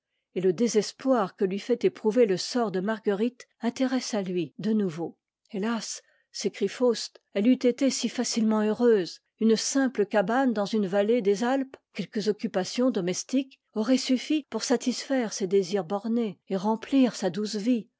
et le désespoir que lui fait éprouver le sort de marguerite intéresse à lui de nouveau hélas s'écrie faust elle eût été si facilement heureuse une simple cabane dans une vallée des alpes quelques occupations domestiques auraient suffi pour satisfaire ses désirs bornés et remplir sadouce vie